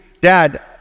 dad